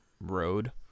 road